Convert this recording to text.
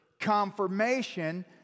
Confirmation